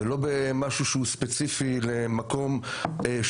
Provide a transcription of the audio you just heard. ולא במשהו שהוא ספציפי למקום.